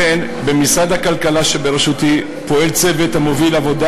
לכן במשרד הכלכלה שבראשותי פועל צוות המוביל עבודה